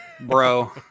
bro